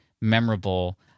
memorable